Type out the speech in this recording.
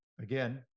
again